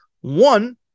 One